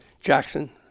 Jackson